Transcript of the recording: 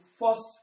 first